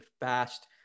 fast